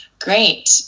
Great